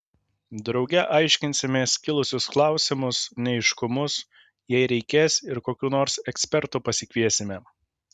drauge aiškinsimės kilusius klausimus neaiškumus jei reikės ir kokių nors ekspertų pasikviesime